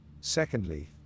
Secondly